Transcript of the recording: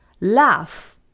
laugh